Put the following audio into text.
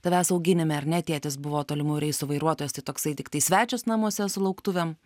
tavęs auginime ar ne tėtis buvo tolimųjų reisų vairuotojas tai toksai tiktai svečias namuose su lauktuvėm